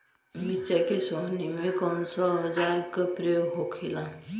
मिर्च के सोहनी में कौन सा औजार के प्रयोग होखेला?